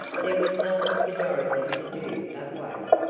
there was nothing for dorothy to do but wait.